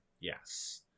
Yes